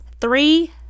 three